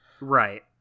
right